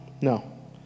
No